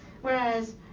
whereas